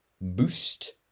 Boost